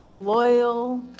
loyal